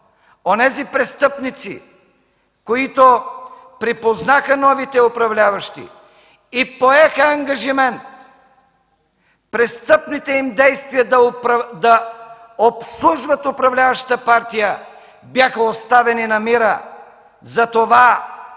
Онези престъпници, които припознаха новите управляващи и поеха ангажимент престъпните им действия да обслужват управляващата партия, бяха оставени на мира. Затова